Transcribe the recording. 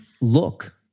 look